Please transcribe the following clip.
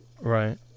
right